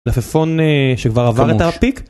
מלפפון אה.. שכבר עבר את הפיק?